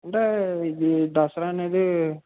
అంటే ఇది దసరా అనేది